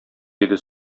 диде